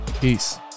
Peace